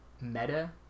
meta